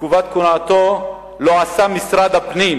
ובתקופת כהונתו לא עשה משרד הפנים